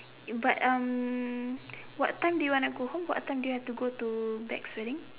but um what time do you want to go home what time do you have to go to Beck's wedding